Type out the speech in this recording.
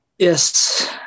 Yes